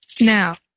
Now